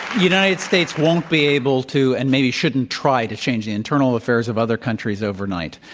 united states won't be able to and maybe shouldn't try to change the internal affairs of other countries overnight.